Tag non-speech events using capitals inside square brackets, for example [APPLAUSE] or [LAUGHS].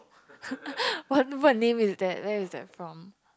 [LAUGHS] what what name is that where is that from